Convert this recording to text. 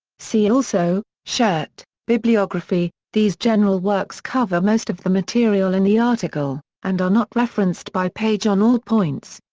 see also shirt bibliography these general works cover most of the material in the article, and are not referenced by page on all points.